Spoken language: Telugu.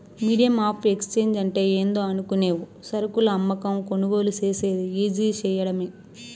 మీడియం ఆఫ్ ఎక్స్చేంజ్ అంటే ఏందో అనుకునేవు సరుకులు అమ్మకం, కొనుగోలు సేసేది ఈజీ సేయడమే